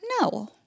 No